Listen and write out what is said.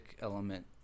element